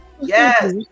yes